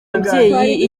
ababyeyi